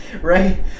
right